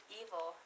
evil